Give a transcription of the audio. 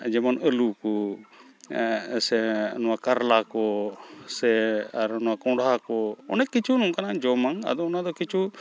ᱡᱮᱢᱚᱱ ᱟᱹᱞᱩᱠᱚ ᱥᱮ ᱱᱚᱣᱟ ᱠᱟᱨᱞᱟᱠᱚ ᱥᱮ ᱟᱨ ᱱᱚᱣᱟ ᱠᱚᱸᱰᱦᱟᱠᱚ ᱚᱱᱮᱠ ᱠᱤᱪᱷᱩ ᱱᱚᱝᱠᱟᱱᱟᱜ ᱡᱚᱢᱟᱝ ᱟᱫᱚ ᱚᱱᱟᱫᱚ ᱠᱤᱪᱷᱩ